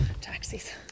Taxis